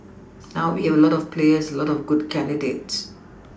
now we have a lot of players a lot of good candidates